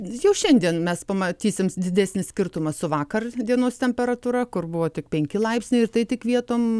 jau šiandien mes pamatysim didesnį skirtumą su vakar dienos temperatūra kur buvo tik penki laipsniai ir tai tik vietom